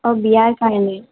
অঁ বিয়াৰ কাৰণে